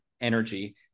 energy